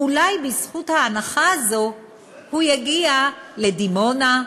אולי בזכות ההנחה הזאת הוא יגיע לדימונה,